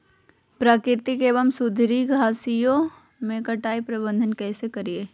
प्राकृतिक एवं सुधरी घासनियों में कटाई प्रबन्ध कैसे करीये?